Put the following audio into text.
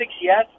yes